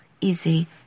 easy